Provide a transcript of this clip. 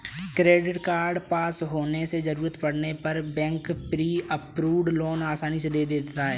credit card पास होने से जरूरत पड़ने पर बैंक प्री अप्रूव्ड लोन आसानी से दे देता है